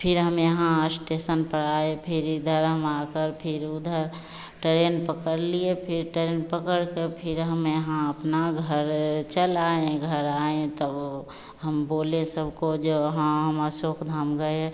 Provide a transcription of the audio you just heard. फिर हम यहाँ एस्टेशन पर आए फिर इधर हम आकर फिर उधर टरेन पकड़ लिए फिर टरेन पकड़कर फिर हम यहाँ अपना घर चले आए घर आए तब हम बोले सबको जो वहाँ हम अशोक धाम गए